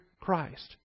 Christ